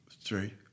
three